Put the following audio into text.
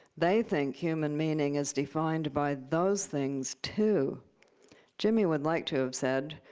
they think human meaning is defined by those things too jimmy would like to have said,